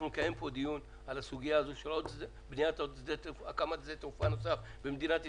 אנחנו נקיים פה דיון על הקמת שדה תעופה נוסף במדינת ישראל.